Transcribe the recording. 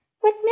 What